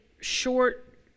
short